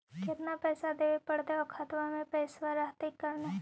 केतना पैसा देबे पड़तै आउ खातबा में पैसबा रहतै करने?